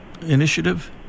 initiative